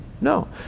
No